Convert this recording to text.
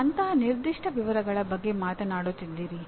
ನೀವು ಅಂತಹ ನಿರ್ದಿಷ್ಟ ವಿವರಗಳ ಬಗ್ಗೆ ಮಾತನಾಡುತ್ತಿದ್ದೀರಿ